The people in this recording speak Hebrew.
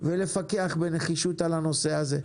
ולפקח בנחישות על הנושא הזה.